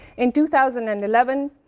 in two thousand and eleven,